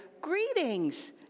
Greetings